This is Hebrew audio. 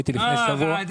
הייתי לפני שבוע.